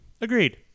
Agreed